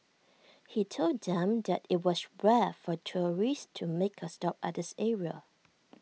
he told them that IT was rare for tourists to make A stop at this area